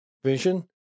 vision